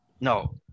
No